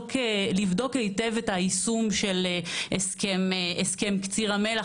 לבדוק היטב את היישום של הסכם קציר המלח